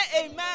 amen